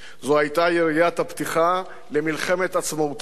זו היתה יריית הפתיחה למלחמת עצמאותנו.